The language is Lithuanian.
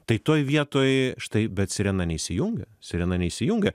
tai toj vietoj štai bet sirena neįsijungia sirena neįsijungia